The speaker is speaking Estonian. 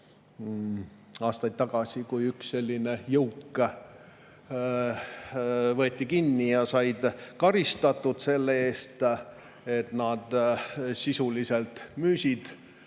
aastaid tagasi, kui üks jõuk võeti kinni ja sai karistatud selle eest, et ta sisuliselt müüs